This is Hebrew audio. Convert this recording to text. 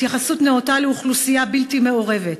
התייחסות נאותה לאוכלוסייה בלתי מעורבת,